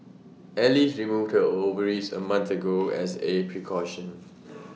alice removed her ovaries A month ago as A precaution